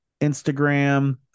Instagram